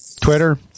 twitter